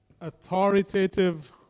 authoritative